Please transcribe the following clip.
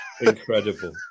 Incredible